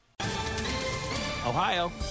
Ohio